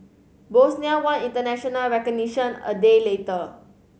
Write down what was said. Bosnia won international recognition a day later